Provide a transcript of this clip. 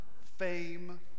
fame